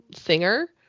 singer